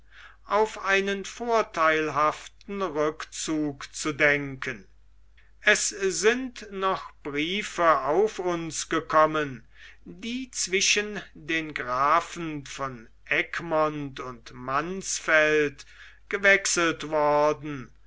auf einen vortheilhaften rückzug zu denken es sind noch briefe auf uns gekommen die zwischen den grafen von egmont und mansfeld gewechselt worden